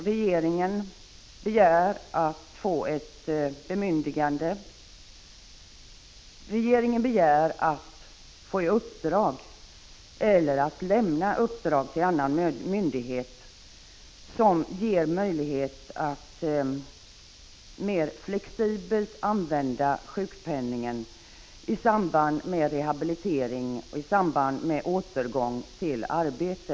Regeringen begär att få lämna viss myndighet uppdrag att utarbeta föreskrifter som ger möjlighet att mer flexibelt använda sjukpenningen i samband med rehabilitering och återgång till arbete.